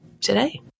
today